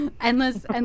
Endless